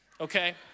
okay